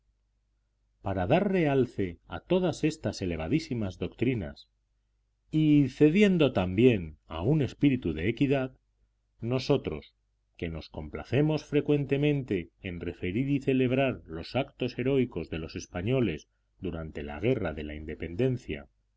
para dar realce a todas estas elevadísimas doctrinas y cediendo también a un espíritu de equidad nosotros que nos complacemos frecuentemente en referir y celebrar los actos heroicos de los españoles durante la guerra de la independencia